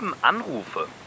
Anrufe